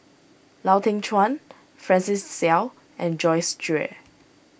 Lau Teng Chuan Francis Seow and Joyce Jue